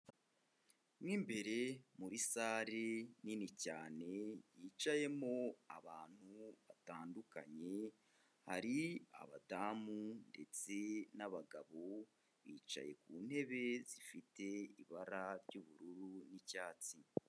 Mo imbere muri salle nini cyane, yicayemo abantu batandukanye, hari abadamu ndetse n'abagabo bicaye ku ntebe zifite ibara ry'ubururu n'icyatsi.